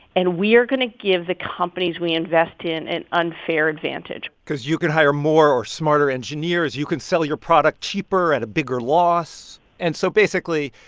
and we're going to give the companies we invest in an unfair advantage because you could hire more or smarter engineers. you could sell your product cheaper at a bigger loss. and so basically,